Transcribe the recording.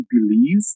believe